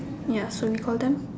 ya so we all done